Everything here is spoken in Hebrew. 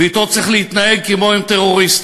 ואתו צריך להתנהג כמו עם טרוריסטים.